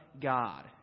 god